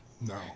no